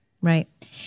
Right